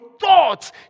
thoughts